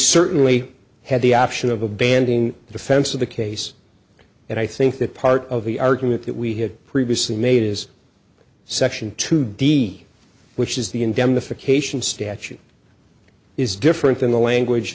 certainly had the option of abandoning the defense of the case and i think that part of the argument that we had previously made is section two d which is the indemnification statute is different than the language